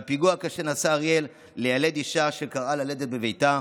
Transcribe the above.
מהפיגוע הקשה נסע אריאל ליילד אישה שכרעה ללדת בביתה.